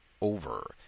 over